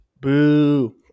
boo